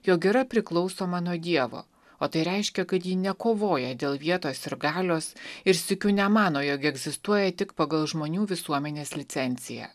jog yra priklausoma nuo dievo o tai reiškia kad ji nekovoja dėl vietos ir galios ir sykiu nemano jog egzistuoja tik pagal žmonių visuomenės licenciją